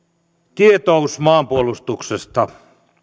tietous maanpuolustuksesta